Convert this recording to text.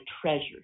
treasures